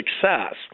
success